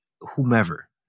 whomever